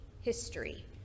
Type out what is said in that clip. history